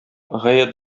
гаять